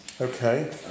Okay